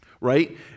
right